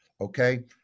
Okay